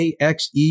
AXE